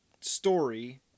story